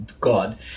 God